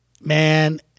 man